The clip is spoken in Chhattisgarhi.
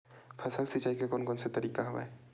फसल सिंचाई के कोन कोन से तरीका हवय?